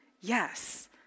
Yes